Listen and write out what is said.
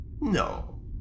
No